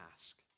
ask